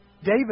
David